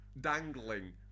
dangling